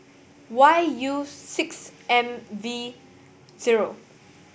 Y U six M V zero